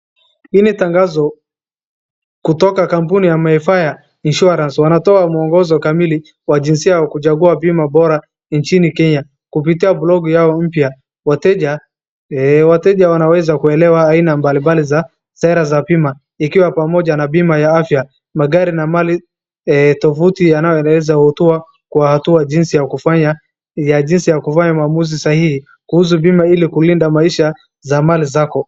Hii ni tangazo kutoka kampuni ya MayFair Insurance wanatoa miongozo ya jinsi ya kuchagua bima bora nchini Kenya. kupitia blogi uyao mpya wateja wanaweza kuelewa aina mbalimbali za sera za bima ikiwa pamoja na bima za afya, magari, na mali tofauti, na umuhimu wa kufanya maamuzi sahihi ili kulinda maisha za mali zako.